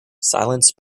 silence